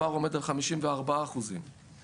הפער עומד על 54%. חלב,